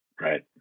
Right